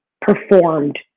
performed